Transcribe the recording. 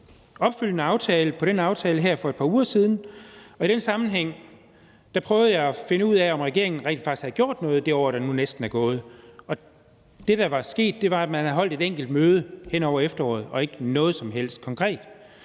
en opfølgende aftale på den aftale her for et par uger siden, og i den sammenhæng prøvede jeg at finde ud af, om regeringen rent faktisk havde gjort noget i det år, der nu næsten er gået. Det, der var sket, var, at man havde holdt et enkelt møde hen over efteråret, og der var ikke noget som helst konkret.